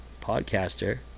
podcaster